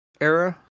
era